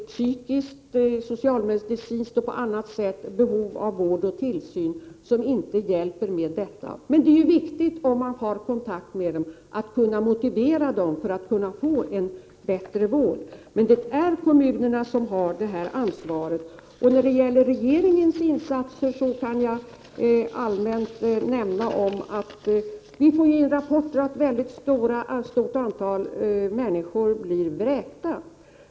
Psykiskt, socialmedicinskt och på annat sätt är de i behov av vård och tillsyn. Men det är viktigt att man när man har kontakt med dem kan motivera dem att söka bättre vård. Det är emellertid Jörsociall uplasna kommunerna som har ansvaret. När det gäller regeringens insatser kan jag allmänt säga att det kommer in många rapporter om att människor blir vräkta.